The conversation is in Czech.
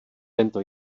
tento